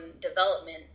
development